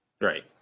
Right